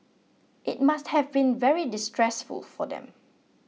it must have been very distressful for them